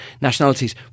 nationalities